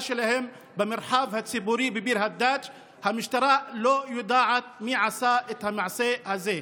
שלהם במרחב הציבורי בביר הדאג' המשטרה לא יודעת מי עשה את המעשה הזה.